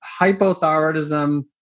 hypothyroidism